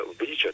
region